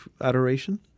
adoration